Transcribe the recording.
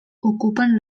ocupen